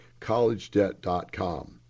collegedebt.com